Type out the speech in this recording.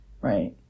Right